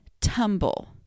tumble